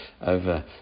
over